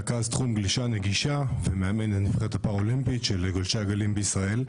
רכז תחום גלישה נגישה ומאמן הנבחרת הפאראלימפית של גולשי הגלים בישראל.